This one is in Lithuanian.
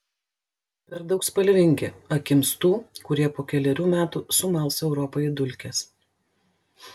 per daug spalvingi akims tų kurie po kelerių metų sumals europą į dulkes